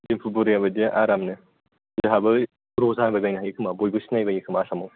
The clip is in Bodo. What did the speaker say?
दिम्पु बरुवा बायदि आरामनो जोंहाबो ग्र' जाबायबायनो हायोखोमा बयबो सिनायबायोखोमा आसामाव